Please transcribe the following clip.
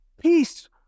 Peace